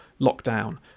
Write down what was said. lockdown